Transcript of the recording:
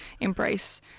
embrace